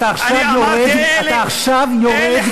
אתה עכשיו יורד,